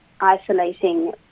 isolating